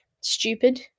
stupid